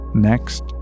Next